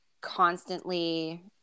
constantly